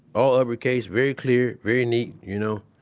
all uppercase, very clear, very neat, you know.